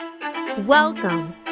Welcome